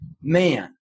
man